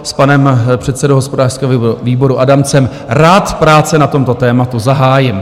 S panem předsedou hospodářského výboru Adamcem rád práce na tomto tématu zahájím.